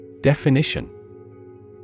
Definition